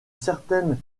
certaine